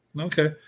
Okay